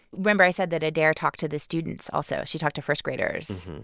remember i said that adair talked to the students also? she talked to first graders.